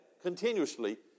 continuously